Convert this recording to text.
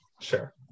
Sure